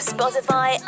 Spotify